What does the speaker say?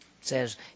says